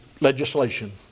legislation